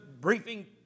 briefing